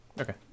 Okay